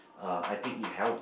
uh I think it helped